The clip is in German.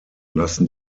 lassen